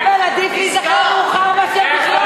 עדיף להיזכר מאוחר מאשר בכלל